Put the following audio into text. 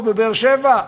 או בבאר-שבע,